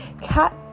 Cat